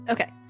Okay